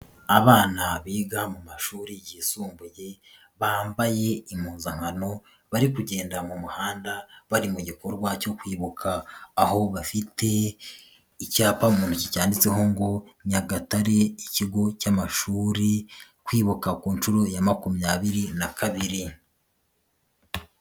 Abana biga mu mashuri yisumbuye, bambaye impuzankano, bari kugenda mu muhanda bari mu gikorwa cyo kwibuka. Aho bafite icyapa mu ntoki cyanditseho ngo Nyagatare ikigo cy'amashuri, kwibuka ku nshuro ya makumyabiri na kabiri.